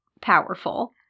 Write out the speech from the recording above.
powerful